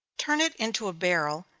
turn it into a barrel,